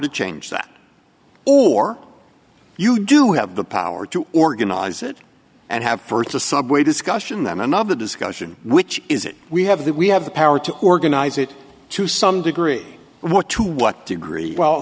to change that or you do have the power to organize it and have first a subway discussion then another discussion which is it we have that we have the power to organize it to some degree what to what degree well